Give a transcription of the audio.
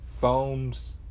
phones